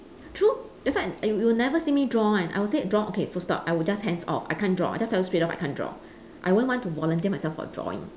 true that's why you'll you'll never see me draw one I'll say draw okay full stop I will just hands off I can't draw I just tell them straight off I can't draw I won't want to volunteer myself for drawing